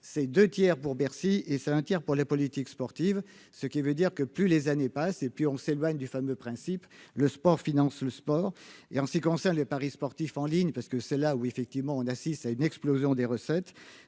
ces 2 tiers pour Bercy et seul un tiers pour la politique sportive, ce qui veut dire que plus les années passent et puis on s'éloigne du fameux principe le sport finance le sport et en ce qui concerne les paris sportifs en ligne parce que c'est là où effectivement, on assiste à une explosion des recettes